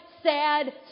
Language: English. sad